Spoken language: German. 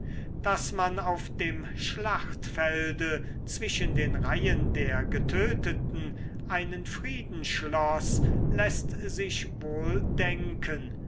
daß man auf dem schlachtfelde zwischen den reihen der getöteten einen frieden schloß läßt sich wohl denken